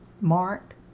Mark